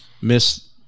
miss